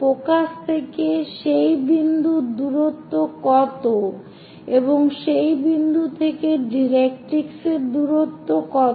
focus থেকে সেই বিন্দুর দূরত্ব কত এবং সেই বিন্দু থেকে ডাইরেক্ট্রিক্স এর দূরত্ব কত